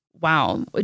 Wow